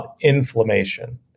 inflammation